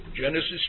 Genesis